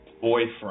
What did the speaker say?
boyfriend